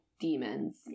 demons